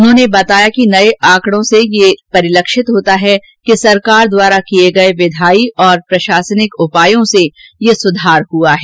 उन्होंने बताया कि नये आंकडों से यह परिलक्षित होता है कि सरकार द्वारा किये गये विघायी और प्रशासनिक उपायों से यह सुधार हुआ है